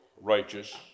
righteous